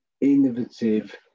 innovative